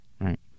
right